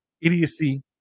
idiocy